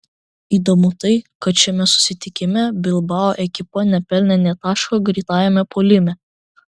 įdomu tai kad šiame susitikime bilbao ekipa nepelnė nė taško greitajame puolime